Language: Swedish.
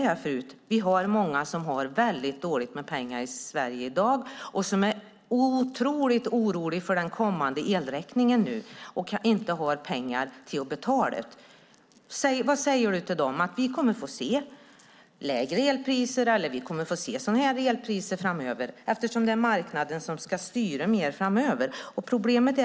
Det finns många i Sverige som har väldigt dåligt med pengar i dag och som är otroligt oroliga för den kommande elräkningen och inte har pengar för att betala. Vad säger du till dem? Säger du att vi framöver kommer att få se lägre elpriser eller sådana här elpriser, eftersom det är marknaden som ska styra mer framöver?